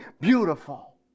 beautiful